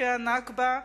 חוקי ה"נכבה",